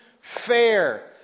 Fair